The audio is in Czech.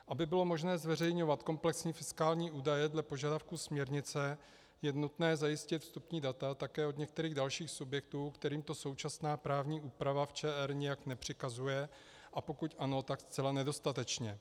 Aby bylo možné zveřejňovat komplexní fiskální údaje dle požadavku směrnice, je nutné zajistit vstupní data také od některých dalších subjektů, kterým to současná právní úprava v ČR nijak nepřikazuje, a pokud ano, tak zcela nedostatečně.